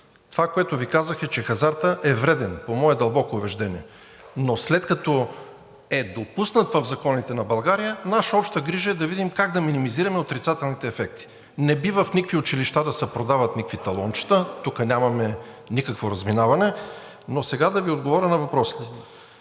Това, което Ви казах, е, че хазартът е вреден по мое дълбоко убеждение. Но след като е допуснат в законите на България, наша обща грижа е да видим как да минимизираме отрицателните ефекти. Не бива в никакви училища да се продават никакви талончета – тук нямаме никакво разминаване, но сега да Ви отговоря на въпроса.